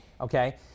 Okay